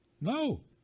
No